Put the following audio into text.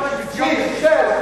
שש.